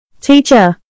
Teacher